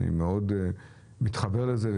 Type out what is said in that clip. אני מאוד מתחבר לזה,